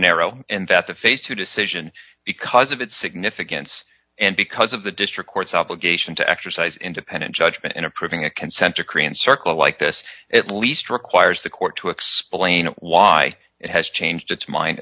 narrow and that the phase two decision because of its significance and because of the district court's obligation to exercise independent judgment in approving a consent decree and circle like this at least requires the court to explain why it has changed its mind